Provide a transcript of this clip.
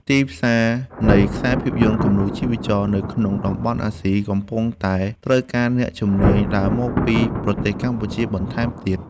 ទីផ្សារនៃខ្សែភាពយន្តគំនូរជីវចលនៅក្នុងតំបន់អាស៊ីកំពុងតែត្រូវការអ្នកជំនាញដែលមកពីប្រទេសកម្ពុជាបន្ថែមទៀត។